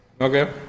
Okay